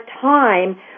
time